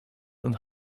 und